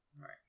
Right